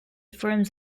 forms